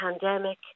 pandemic